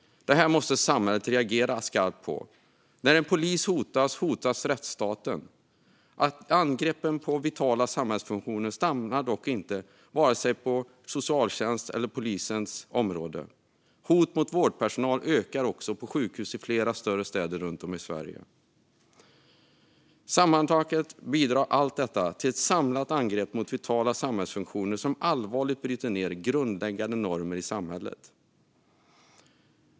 Detta måste samhället reagera skarpt på. Rättsstaten hotas när en polis hotas. Angreppen på vitala samhällsfunktioner stannar dock inte vid vare sig socialtjänsten eller polisen. Hot mot vårdpersonal ökar också på sjukhus i flera större städer runt om i Sverige. Sammantaget bidrar allt detta till ett samlat angrepp mot vitala samhällsfunktioner, som allvarligt bryter ned grundläggande normer i samhället.